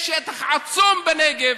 יש שטח עצום בנגב,